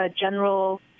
general